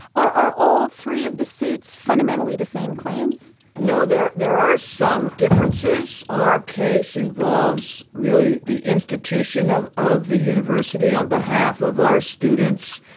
are all three of the suits fundamentally the same claims? no. there there are some differences. our case involves really the institution of of the university on behalf of our students,